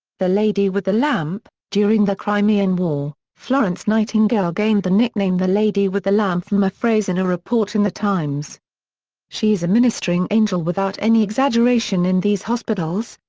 the lady with the lamp during the crimean war, florence nightingale gained the nickname the lady with the lamp from a phrase in a report in the times she is a ministering angel without any exaggeration in these hospitals,